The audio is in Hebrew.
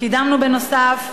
קידמנו בנוסף,